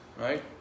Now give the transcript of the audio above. Right